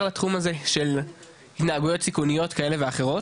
לתחום הזה של התנהגויות סיכוניות כאלה ואחרות,